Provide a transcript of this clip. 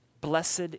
Blessed